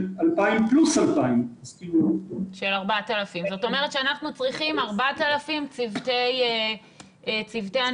2,000 פלוס 2,000. זאת אומרת שאנחנו צריכים 4,000 צוותי הנשמה.